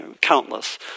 countless